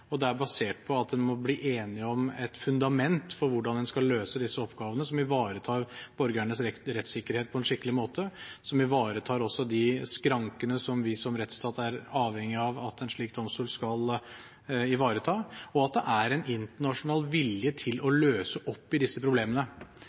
og det er basert på at en må bli enige om et fundament for hvordan en skal løse disse oppgavene som ivaretar borgernes rettssikkerhet på en skikkelig måte, som ivaretar også de skrankene som vi som rettsstat er avhengig av at en slik domstol skal ivareta, og at det er en internasjonal vilje til å løse opp i disse problemene.